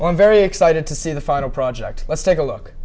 i'm very excited to see the final project let's take a look